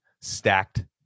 stacked